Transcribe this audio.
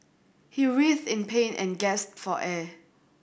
he writhed in pain and gasped for air